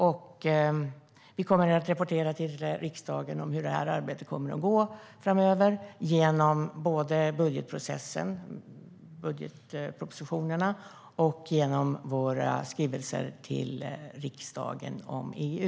Vi kommer framöver att rapportera till riksdagen hur arbetet går, både genom budgetpropositionerna och genom våra skrivelser till riksdagen om EU.